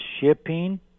shipping